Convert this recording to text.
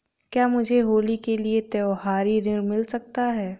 क्या मुझे होली के लिए त्यौहारी ऋण मिल सकता है?